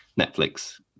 Netflix